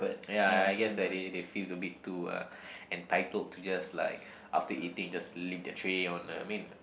ya I guess like they they feel a bit too uh entitled to just like after eating just leave the tray on I mean